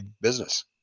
business